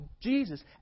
Jesus